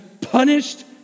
punished